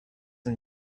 and